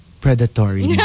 Predatory